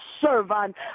servant